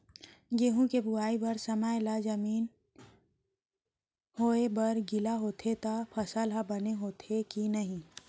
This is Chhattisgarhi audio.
गेहूँ के बोआई बर समय ला जमीन होये बर गिला होथे त फसल ह बने होथे की नही?